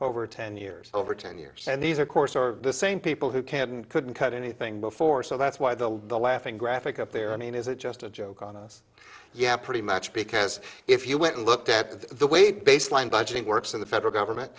over ten years over ten years and these are course are the same people who can and couldn't cut anything before so that's why the laughing graphic up there i mean is it just a joke on us yeah pretty much because if you went and looked at the way baseline budgeting works of the federal government